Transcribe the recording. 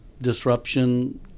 disruption